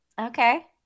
Okay